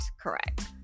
correct